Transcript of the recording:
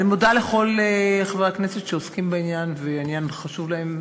אני מודה לכל חברי הכנסת שעוסקים בעניין והעניין חשוב להם.